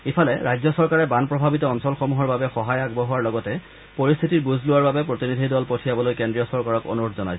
ইফালে ৰাজ্য চৰকাৰে বান প্ৰভাৱিত অঞ্চলসমূহৰ বাবে সহায় আগবঢ়োৱাৰ লগতে পৰিস্থিতিৰ বুজ লোৱাৰ বাবে প্ৰতিনিধি দল পঠিয়াবলৈও কেন্দ্ৰীয় চৰকাৰক অনুৰোধ জনায়